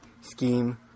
scheme